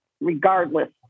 regardless